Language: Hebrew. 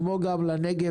כמו גם לנגב,